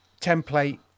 template